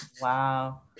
Wow